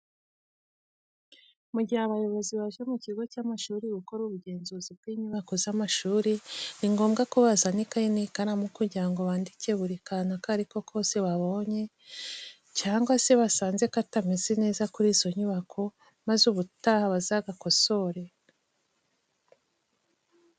Mu gihe abayobozi baje mu kigo cy'amashuri gukora ubugenzuzi bw'inyubako z'amashuri, ni ngombwa ko bazana ikayi n'ikaramu kugira ngo bandike buri kantu ako ari ko kose kabonye cyangwa se basanze katameze neza kuri izo nyubako maze ubutaha bazagakosore.